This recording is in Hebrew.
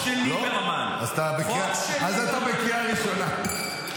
אז אתה בקריאה ראשונה.